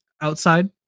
outside